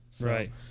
Right